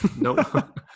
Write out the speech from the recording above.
nope